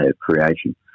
creation